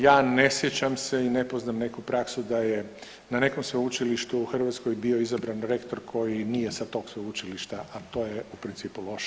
Ja ne sjećam se i ne poznam neku praksu da je na nekom sveučilištu u Hrvatskoj bio izabran rektor koji nije sa tog sveučilišta, a to je u principu loše.